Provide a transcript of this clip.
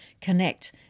Connect